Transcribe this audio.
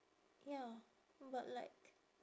ya but like